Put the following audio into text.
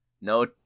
No